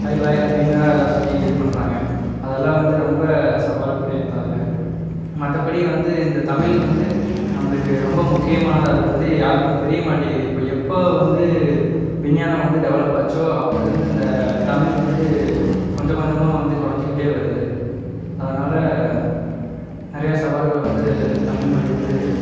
hi bye அப்படினு தான் எல்லாரும் சொல்லி இது பண்ணுறாங்க அதெல்லாம் வந்து ரொம்ப சவாலுக்கு உரியது தான் அது மற்றபடி வந்து இந்த தமிழ் வந்து நம்மளுக்கு ரொம்ப முக்கியமானது அது வந்து யாருக்கும் தெரிய மாட்டிக்குது இப்போ எப்போ வந்து விஞ்ஞானம் வந்து டெவலப் ஆச்சோ அப்போ இருந்து அந்த தமிழ் வந்து கொஞ்சம் கொஞ்சமாக வந்து குறஞ்சிக்கிட்டே வருது அதனால் நிறையா சவால்களை வந்து தமிழ்மொழி வந்து